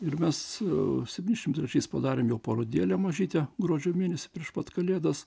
ir mes septyniasdešimt trečiais padarėm parodėlę mažytę gruodžio mėnesį prieš pat kalėdas